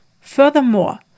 Furthermore